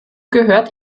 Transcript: gehört